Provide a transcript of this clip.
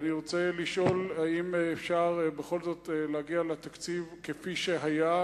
אני רוצה לשאול: האם אפשר בכל זאת להגיע לתקציב כפי שהיה,